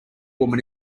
woman